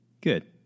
Good